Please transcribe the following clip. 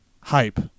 Hype